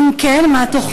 4. אם כן, מה תוכנו?